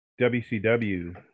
WCW